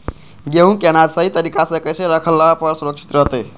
गेहूं के अनाज सही तरीका से कैसे रखला पर सुरक्षित रहतय?